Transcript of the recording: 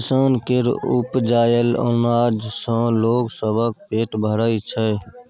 किसान केर उपजाएल अनाज सँ लोग सबक पेट भरइ छै